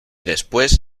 después